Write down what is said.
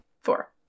four